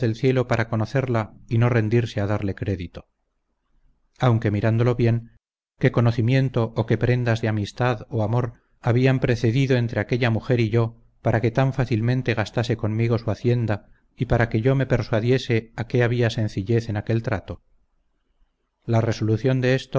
cielo para conocerla y no rendirse a darle crédito aunque mirándolo bien qué conocimiento o qué prendas de amistad o amor habían precedido entre aquella mujer y yo para que tan fácilmente gastase conmigo su hacienda y para que yo me persuadiese a que había sencillez en aquel trato la resolución de